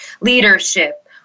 leadership